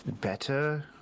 better